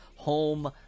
home